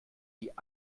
die